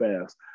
fast